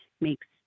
makes